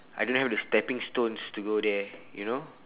I don't have the stepping stones to go there you know